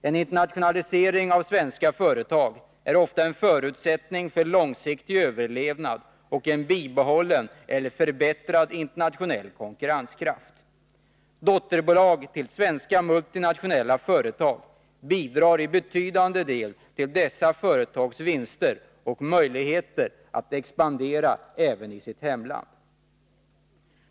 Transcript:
En internationalisering av svenska företag är ofta en förutsättning för långsiktig överlevnad och en bibehållen eller förbättrad internationell konkurrenskraft. Dotterbolag till svenska multinationella företag bidrar i betydande del till dessa företags vinster och möjligheter att expandera även i Sverige.